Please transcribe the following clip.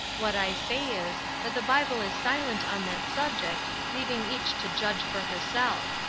what i say is, that the bible is silent on that subject, leaving each to judge for herself.